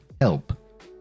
help